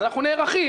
אנחנו נערכים.